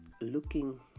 looking